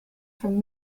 from